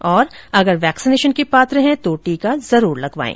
और अगर वैक्सीनेशन के पात्र हैं तो टीका जरूर लगवाएं